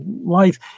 life